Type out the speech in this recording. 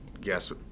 guess